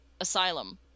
asylum